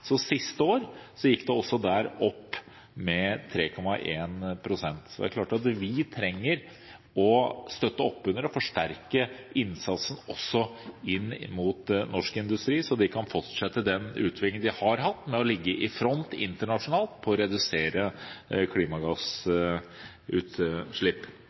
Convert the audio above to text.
siste år også der opp med 3,1 pst. Det er klart at vi trenger å støtte opp under og forsterke innsatsen inn mot norsk industri, så de kan fortsette den utviklingen de har hatt ved å ligge i front internasjonalt med å redusere klimagassutslipp.